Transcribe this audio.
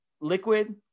liquid